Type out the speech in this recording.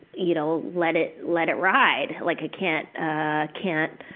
you know, let it let it ride. like i can't ah can't